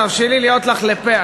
תרשי לי להיות לך לפה,